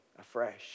afresh